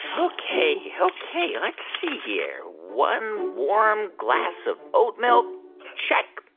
ok. ok, let's see here. one warm glass of oatmeal check.